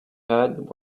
heard